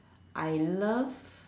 I love